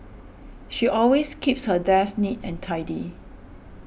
she always keeps her desk neat and tidy